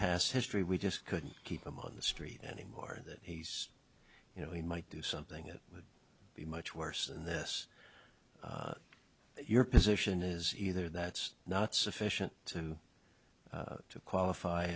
past history we just couldn't keep him on the street anymore that he's you know he might do something it would be much worse and this your position is either that's not sufficient to to qualify